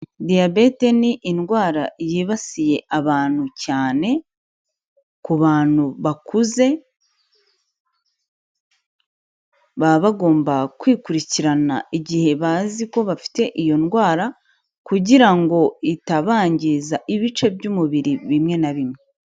Biyabete ni indwara yibasiye abantu, cyane ku bantu bakuze baba bagomba kwikurikirana igihe bazi ko bafite iyo ndwara kugira ngo itabangiza ibice by'umubiri bimwe na bimwe.